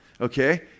okay